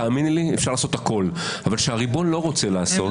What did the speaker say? תאמיני לי שאפשר לעשות הכול אבל כאשר הריבון לא רוצה לעשות,